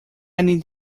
need